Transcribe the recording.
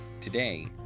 Today